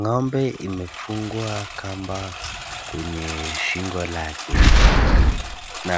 Ng'ombe imefungwa kamba kwenye shingo lake na